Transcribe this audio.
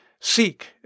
Seek